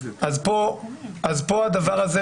אז פה הדבר הזה